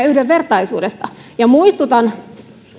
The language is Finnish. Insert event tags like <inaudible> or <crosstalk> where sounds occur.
<unintelligible> yhdenvertaisuudesta muistutan